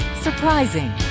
Surprising